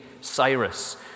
Cyrus